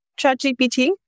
ChatGPT